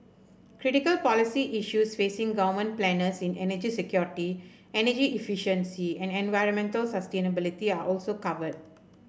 critical policy issues facing government planners in energy security energy efficiency and environmental sustainability are also covered